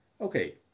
Okay